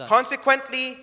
Consequently